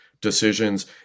decisions